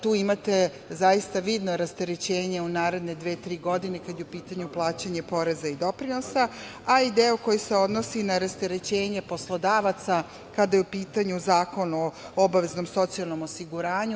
Tu imate zaista vidno rasterećenje u naredne dve, tri godine, kada je u pitanju plaćanje poreza i doprinosa, a i deo koji se odnosi na rasterećenje poslodavaca, kada je u pitanju Zakon o obaveznom socijalnom osiguranju.